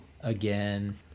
again